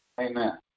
Amen